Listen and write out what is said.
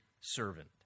servant